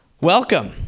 Welcome